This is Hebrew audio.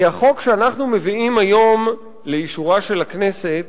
כי החוק שאנחנו מביאים היום לאישורה של הכנסת